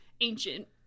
ancient